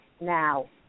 now